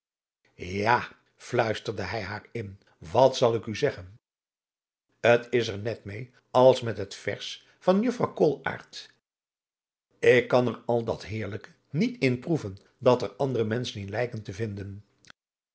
ja fluisterde hij haar in wat zal ik u zeggen t is er net meê als met het vers van juffrouw koolaart ik kan er al dat heerlijke niet in proeven dat er andere menschen in lijken te vinden